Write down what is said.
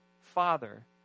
Father